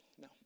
No